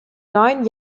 neun